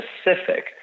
specific